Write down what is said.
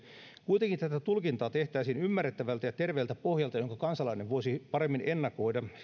kuitenkin tätä tulkintaa tehtäisiin ymmärrettävältä ja terveeltä pohjalta jonka kansalainen voisi paremmin ennakoida